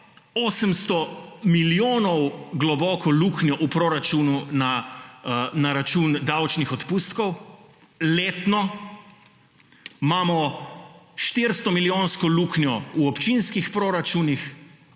800 milijonov globoko luknjo v proračunu na račun davčnih odpustkov letno, imamo 400-milijonsko luknjo v občinskih proračunih,